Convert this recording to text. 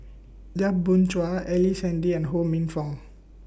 Yap Boon Chuan Ellice Handy and Ho Minfong